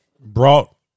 brought